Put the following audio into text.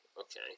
Okay